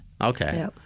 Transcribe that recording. Okay